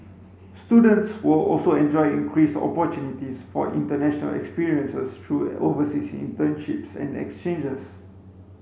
students will also enjoy increased opportunities for international experiences through overseas internships and exchanges